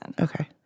Okay